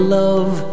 love